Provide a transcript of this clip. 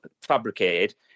fabricated